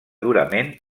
durament